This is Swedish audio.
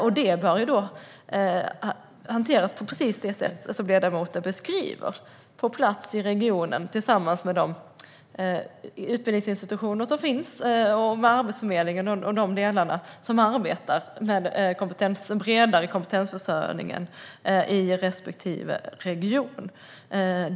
Säkerhetsfrågan bör hanteras på precis det sätt som ledamoten beskriver, alltså på plats i regionen tillsammans med utbildningsinstitutionerna, arbetsförmedlingen och dem som arbetar med den bredare kompetensförsörjningen i respektive region.